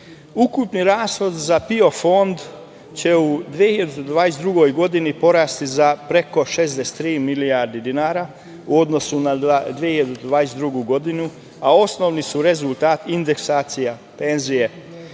ukupni rashod za PIO fond, će u 2022. godini porasti za preko 63 milijarde dinara u odnosu na 2021. godinu, a osnovi su indeksacija penzije